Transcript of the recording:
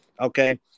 okay